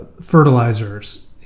fertilizers